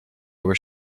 where